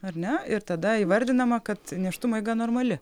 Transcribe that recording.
ar ne ir tada įvardinama kad nėštumo eiga normali